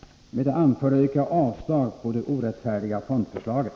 Med det anförda yrkar jag avslag på det orättfärdiga fondförslaget.